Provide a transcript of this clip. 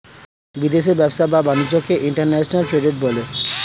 বিদেশি ব্যবসা বা বাণিজ্যকে ইন্টারন্যাশনাল ট্রেড বলে